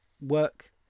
work